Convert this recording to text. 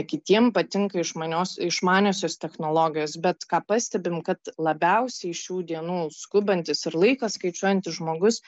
kitiem patinka išmanios išmaniosios technologijos bet ką pastebim kad labiausiai šių dienų skubantis ir laiką skaičiuojantis žmogus